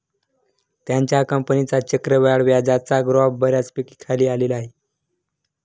त्याच्या कंपनीचा चक्रवाढ व्याजाचा ग्राफ बऱ्यापैकी खाली आलेला आहे